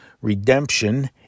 redemption